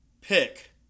pick